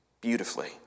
beautifully